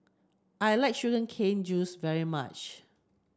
I like sugar cane juice very much